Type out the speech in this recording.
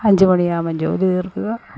അഞ്ചു മണിയാകുമ്പോള് ജോലി തീർക്കുക